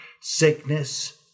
sickness